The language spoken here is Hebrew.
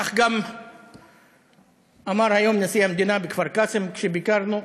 כך גם אמר היום נשיא המדינה בכפר-קאסם, כשביקרנו,